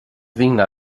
digna